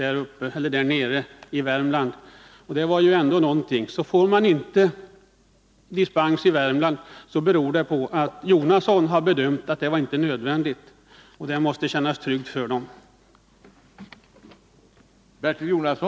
Så får man inte dispens från förbudet att använda gifter vid lövslybekämpning i Värmland, beror det på att Bertil Jonasson har bedömt det så att det inte var nödvändigt att ge dispens. Det måste kännas tryggt för skogsbruket.